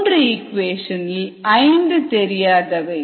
மூன்று இக்குவேஷன் 5 தெரியாதவை